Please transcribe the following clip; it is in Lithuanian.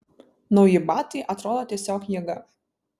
nauji batai atrodo tiesiog jėga